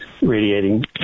radiating